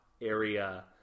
area